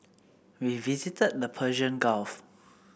we visited the Persian Gulf